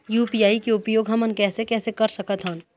UPI के उपयोग हमन कैसे कैसे कर सकत हन?